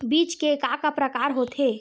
बीज के का का प्रकार होथे?